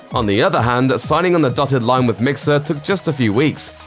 on the other hand, signing on the dotted line with mixer took just a few weeks.